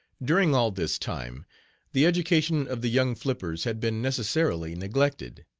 during all this time the education of the young flippers had been necessarily neglected.